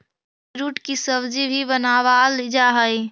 beetroot की सब्जी भी बनावाल जा हई